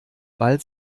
bald